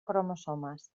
cromosomes